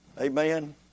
Amen